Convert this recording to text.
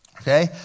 okay